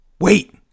wait